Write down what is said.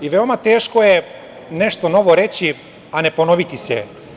Veoma je teško nešto novo reći, a ne ponoviti se.